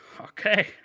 okay